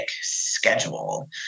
schedule